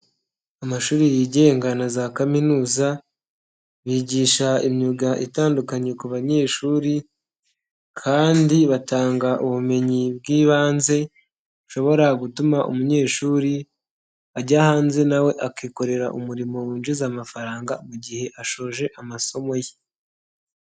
Amashuri yigenga na za kaminuza, bigisha imyuga itandukanye ku banyeshuri kandi batanga ubumenyi bw'ibanze bushobora gutuma umunyeshuri ajya hanze nawe akikorera umurimo winjiza amafaranga mu gihe ashoje amasomo ye.